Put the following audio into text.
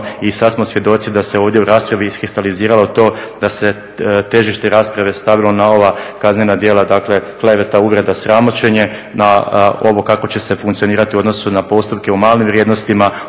i sad smo svjedoci da se ovdje u raspravi iskristaliziralo to da se težište rasprave stavilo na ova kaznena djela, dakle kleveta, uvreda, sramoćenje, na ovo kako će se funkcionirati u odnosu na postupke u malim vrijednostima,